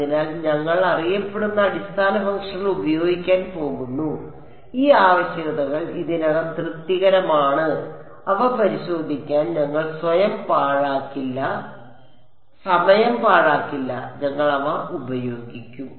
അതിനാൽ ഞങ്ങൾ അറിയപ്പെടുന്ന അടിസ്ഥാന ഫംഗ്ഷനുകൾ ഉപയോഗിക്കാൻ പോകുന്നു ഈ ആവശ്യകതകൾ ഇതിനകം തൃപ്തികരമാണ് അവ പരിശോധിക്കാൻ ഞങ്ങൾ സമയം പാഴാക്കില്ല ഞങ്ങൾ അവ ഉപയോഗിക്കും